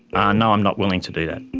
ah no, i'm not willing to do that.